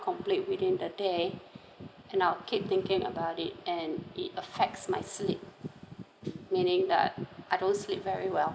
complete within the day and I'll keep thinking about it and it affects my sleep meaning that I don't sleep very well